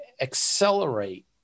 accelerate